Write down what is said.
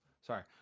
Sorry